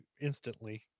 instantly